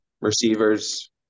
receivers